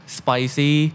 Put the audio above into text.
spicy